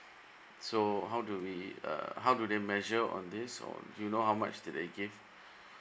so how do we uh how do they measure on this or do you know how much do they give